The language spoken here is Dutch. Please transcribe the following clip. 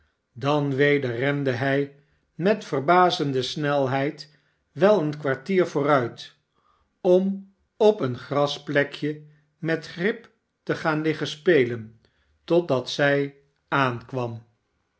dan weder rende hij met verbazende snelheid wel een kwartier vooruit om op een grasplekje met grip te gaan liggen spelen totdat zij aankwam